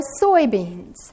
soybeans